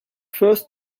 first